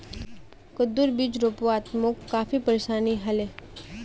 कद्दूर बीज रोपवात मोक काफी परेशानी ह ले